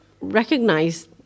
recognize